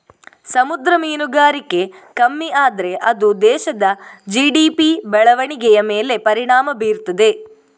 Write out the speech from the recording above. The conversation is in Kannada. ಸಮುದ್ರ ಮೀನುಗಾರಿಕೆ ಕಮ್ಮಿ ಆದ್ರೆ ಅದು ದೇಶದ ಜಿ.ಡಿ.ಪಿ ಬೆಳವಣಿಗೆಯ ಮೇಲೆ ಪರಿಣಾಮ ಬೀರ್ತದೆ